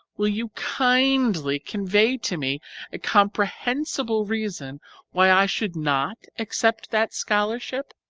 will you kindly convey to me a comprehensible reason why i should not accept that scholarship?